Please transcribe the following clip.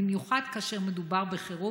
במיוחד כאשר מדובר בחירום.